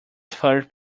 third